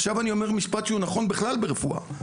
עכשיו אני אומר משפט שהוא נכון בכלל ברפואה,